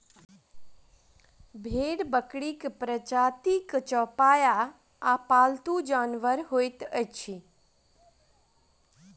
भेंड़ बकरीक प्रजातिक चौपाया आ पालतू जानवर होइत अछि